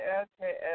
okay